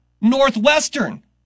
Northwestern